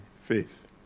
faith